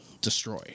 destroy